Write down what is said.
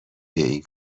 این